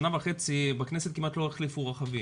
שנה וחצי בכנסת כמעט לא החליפו רכבים,